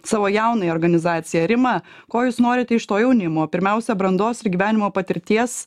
savo jaunąją organizaciją rima ko jūs norite iš to jaunimo pirmiausia brandos ir gyvenimo patirties